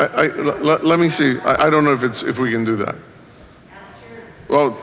but let me see i don't know if it's if we can do that well